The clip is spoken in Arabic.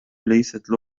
ليست